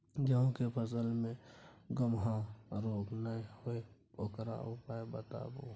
गेहूँ के फसल मे गबहा रोग नय होय ओकर उपाय बताबू?